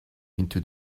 into